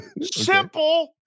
simple